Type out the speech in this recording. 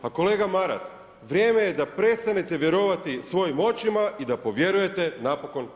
Pa kolega Maras, vrijeme je da prestanete vjerovati svojim očima i da povjerujete napokon HDZ-u.